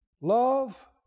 love